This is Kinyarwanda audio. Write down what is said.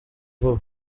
vuba